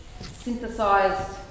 synthesized